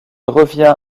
revient